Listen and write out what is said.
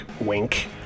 wink